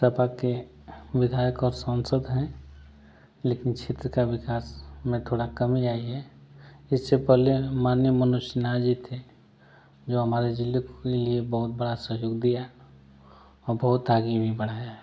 सपा के बिधायक और संसद हैं लेकिन क्षेत्र के विकास में थोड़ा कमी आई है इससे पहले माननीय मनोज सिन्हा जी थे जो हमारे ज़िले के लिए बहुत बड़ा सहयोग दिया और बहुत आगे भी बढ़ाया है